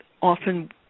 often